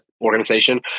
organization